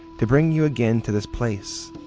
to bring you again to this place.